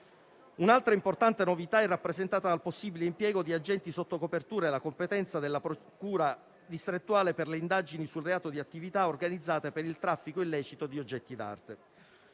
Un'altra importante novità è rappresentata dal possibile impiego di agenti sotto copertura e la competenza della procura distrettuale per le indagini sul reato di attività organizzate per il traffico illecito di oggetti d'arte.